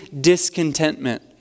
discontentment